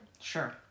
Sure